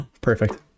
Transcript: Perfect